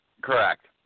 Correct